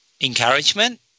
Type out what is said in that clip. Encouragement